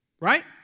Right